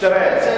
כשבעצם